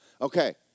Okay